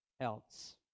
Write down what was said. else